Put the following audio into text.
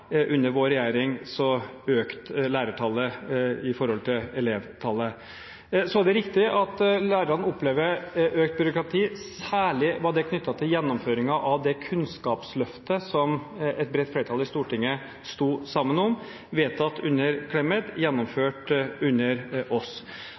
Under vår regjering økte lærertallet i forhold til elevtallet. Så er det riktig at lærerne opplever økt bruk av tid. Særlig var det knyttet til gjennomføringen av det kunnskapsløftet som et bredt flertall i Stortinget sto sammen om – vedtatt under